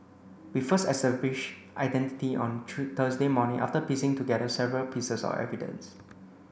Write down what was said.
we first established identity on Thursday morning after piecing together several pieces of evidence